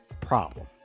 problem